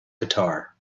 guitar